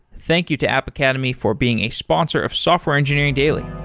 thank you to app academy for being a sponsor of software engineering daily.